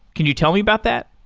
can you tell me about that?